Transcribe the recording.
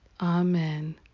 Amen